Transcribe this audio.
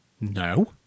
No